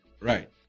right